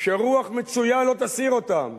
שרוח מצויה לא תסיר אותם.